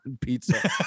pizza